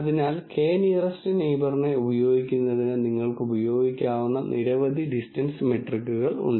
അതിനാൽ k nearest നെയിബറിനെ ഉപയോഗിക്കുന്നതിന് നിങ്ങൾക്ക് ഉപയോഗിക്കാവുന്ന നിരവധി ഡിസ്റ്റൻസ് മെട്രിക്കുകൾ ഉണ്ട്